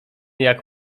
jak